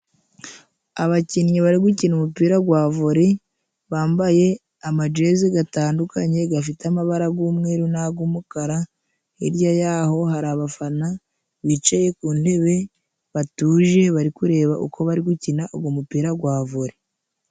Abakinnyi bari gukina umupira wa vore, bambaye amajezi atandukanye afite amabara y'umweru n'ay'umukara, hirya yaho hari abafana bicaye ku ntebe batuje, bari kureba uko bari gukina uwo mupira wa vore.